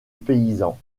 paysan